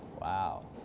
Wow